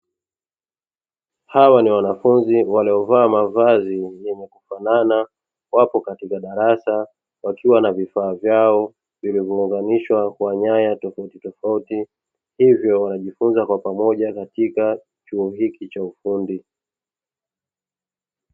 Hawa ni wanafunzi waliovaa mavazi yenye kufanana wapo katika darasa wakiwa na vifaa vyao vilivyounganishwa kwa nyaya tofautitofauti, hivyo kujifunza kwa pamoja katika chuo hiki cha ufundi.